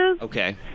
Okay